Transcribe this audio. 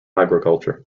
agriculture